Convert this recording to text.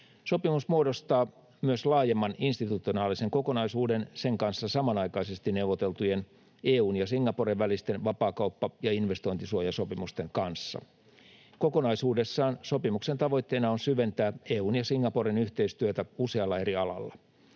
Sopimus muodostaa myös laajemman institutionaalisen kokonaisuuden sen kanssa samanaikaisesti neuvoteltujen EU:n ja Singaporen välisten vapaakauppa- ja investointisuojasopimusten kanssa. Kokonaisuudessaan sopimuksen tavoitteena on syventää EU:n ja Singaporen yhteistyötä usealla eri alalla.